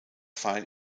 file